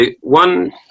one